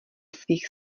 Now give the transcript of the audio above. svých